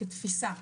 כתפיסה,